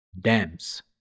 dams